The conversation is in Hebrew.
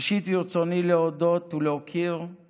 ראשית ברצוני להודות ולהוקיר את